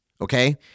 Okay